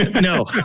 No